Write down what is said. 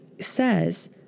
says